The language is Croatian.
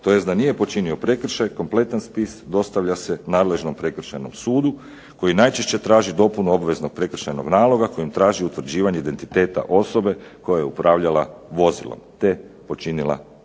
tj. da nije počinio prekršaj kompletan spis dostavlja se nadležnom Prekršajnom sudu koji najčešće traži dopunu obveznog prekršajnog naloga kojim traži utvrđivanje identiteta osobe koja je upravljala vozilom te počinila taj prekršaj.